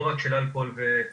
לא רק של אלכוהול וסמים,